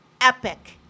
epic